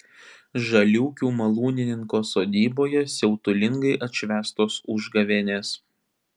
žaliūkių malūnininko sodyboje siautulingai atšvęstos užgavėnės